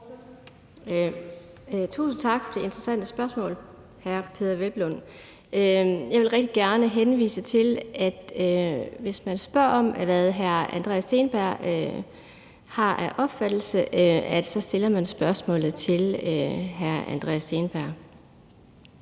Tusind tak for det interessante spørgsmål, hr. Peder Hvelplund. Jeg vil rigtig gerne henvise til, at hvis man vil høre, hvad hr. Andreas Steenberg har af opfattelse, så stiller man spørgsmålet til hr. Andreas Steenberg.